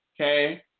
Okay